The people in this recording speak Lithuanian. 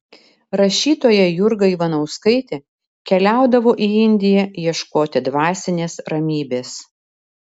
rašytoja jurga ivanauskaitė keliaudavo į indiją ieškoti dvasinės ramybės